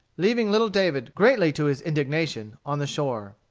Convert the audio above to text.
leaving little david, greatly to his indignation, on the shore.